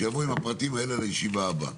שיבוא עם הפרטים האלה לישיבה הבאה,